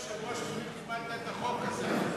אדוני היושב-ראש, ממי קיבלת את החוק הזה?